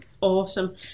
awesome